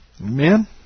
Amen